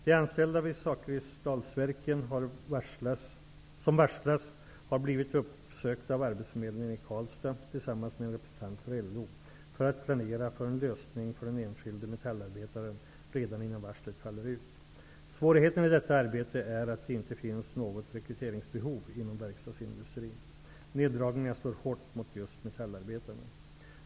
De anställda vid Zakrisdalsverken som varslats har blivit uppsökta av arbetsförmedlingen i Karlstad, tillsammans med en representant för LO, för att planera för en lösning för den enskilde metallarbetaren redan innan varslet faller ut. Svårigheten i detta arbete är att det inte finns något rekryteringsbehov inom verkstadsindustrin. Neddragningarna slår hårt mot just metallarbetarna.